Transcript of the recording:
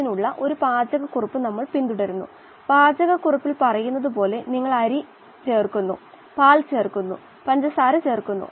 മിക്ക ബയോ റിയാക്ടറുകളിലും പ്രധാനമായും വായു ഓക്സിജൻ സ്രോതസ്സാണ് അതിനാൽ ഓക്സിജൻ അളവ് എയർ സാച്ചുറേഷൻ ആയി കണക്കാക്കുന്നു